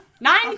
Nine